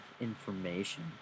information